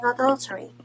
adultery